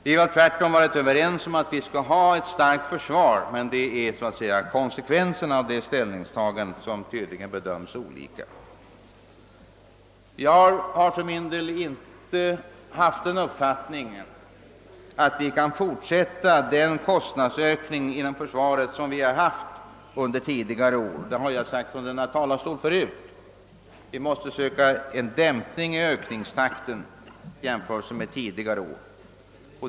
Vi har tvärtom varit överens om att vi skall ha ett starkt försvar, men konsekvenserna av ställningstagandet bedöms tydligen olika. Jag har för min del haft den uppfattningen, att den kostnadsökning för försvaret som vi har haft under tidigare år inte kan fortsätta; det har jag sagt från denna talarstol tidigare. Vi måste försöka dämpa ökningstakten mot tidigare år.